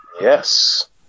Yes